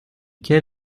quel